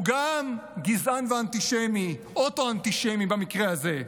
הוא גם גזען ואנטישמי, אוטו-אנטישמי, במקרה הזה.